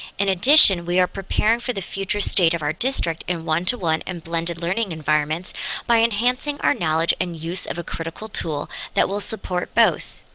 in addition, we are preparing for the future state of our district in one to one and blended learning environments by enhancing our knowledge and use of a critical tool that will support both.